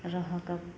रहऽके